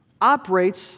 operates